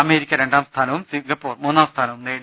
America രണ്ടാം സ്ഥാനവും Singapore മൂന്നാം സ്ഥാനവും നേടി